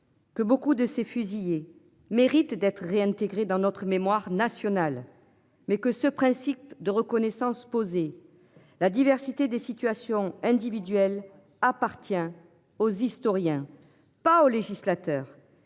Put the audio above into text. Que beaucoup de ces fusillés mérite d'être réintégré dans notre mémoire nationale. Mais que ce principe de reconnaissance poser la diversité des situations individuelles appartient aux historiens pas au législateur.